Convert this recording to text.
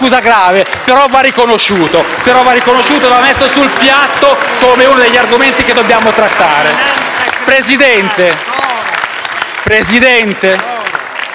grazie.